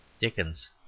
Dickens